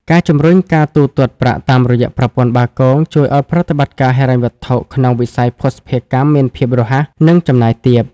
ការជំរុញការទូទាត់ប្រាក់តាមរយៈ "ប្រព័ន្ធបាគង" ជួយឱ្យប្រតិបត្តិការហិរញ្ញវត្ថុក្នុងវិស័យភស្តុភារកម្មមានភាពរហ័ស និងចំណាយទាប។